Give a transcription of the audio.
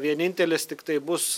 vienintelis tiktai bus